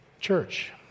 church